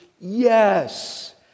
yes